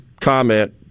comment